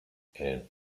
and